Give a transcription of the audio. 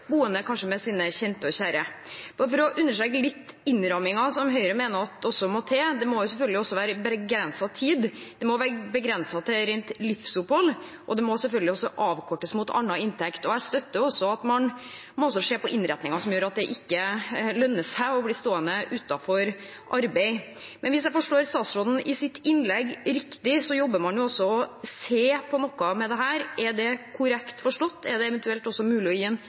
boende med sine kjente og kjære. For å understreke innrammingen som Høyre mener også må til: Det må selvfølgelig være begrenset tid, det må være begrenset til rent livsopphold, og det må selvfølgelig avkortes mot annen inntekt. Jeg støtter også at man må se på innretningen, slik at det ikke lønner seg å bli stående utenfor arbeid. Hvis jeg forsto statsråden riktig i hennes innlegg, jobber man også med å se på noe av dette. Er det korrekt forstått? Er det eventuelt også mulig i dag å gi en